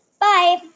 Bye